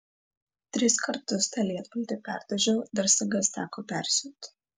tris kartus tą lietpaltį perdažiau dar sagas teko persiūt